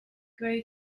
grow